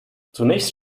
zunächst